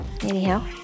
Anyhow